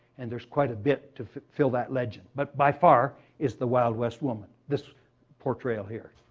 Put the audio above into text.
and there's quite a bit to fill that legend. but by far is the wild west woman, this portrayal here.